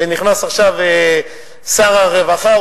נכנס עכשיו שר הרווחה,